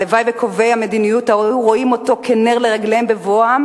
הלוואי וקובעי המדיניות היו רואים אותו כנר לרגליהם בבואם